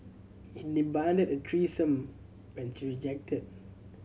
he demanded a threesome which she rejected